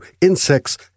insects